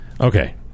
okay